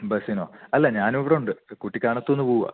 ബസ്സിനോ അല്ല ഞാനും ഇവിടുണ്ട് കുട്ടിക്കാനത്തുനിന്ന് പോവുകയാ